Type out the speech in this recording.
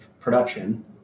production